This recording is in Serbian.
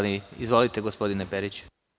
Izvolite, gospodine Periću.